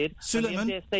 Suleiman